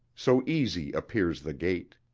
so easy appears the gait.